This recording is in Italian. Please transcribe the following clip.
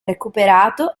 recuperato